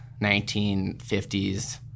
1950s